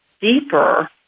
deeper